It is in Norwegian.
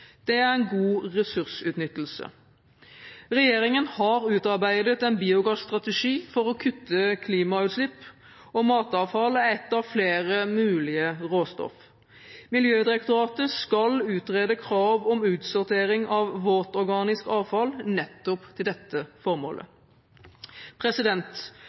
Det er god ressursutnyttelse. Regjeringen har utarbeidet en biogasstrategi for å kutte klimautslipp, og matavfall er ett av flere mulige råstoff. Miljødirektoratet skal utrede krav om utsortering av våtorganisk avfall til nettopp dette formålet.